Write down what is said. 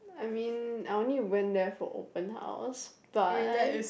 I mean I only went there for open house but